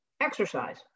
exercise